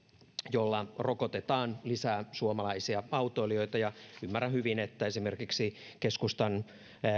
jolla rokotetaan lisää suomalaisia autoilijoita ja ymmärrän hyvin että esimerkiksi keskustan